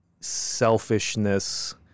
Selfishness